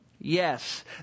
Yes